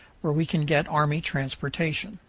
where we can get army transportation.